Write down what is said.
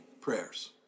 prayers